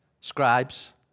scribes